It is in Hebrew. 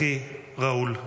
אחי ראול.